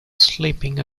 sleeping